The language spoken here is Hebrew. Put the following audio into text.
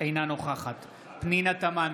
אינה נוכחת פנינה תמנו,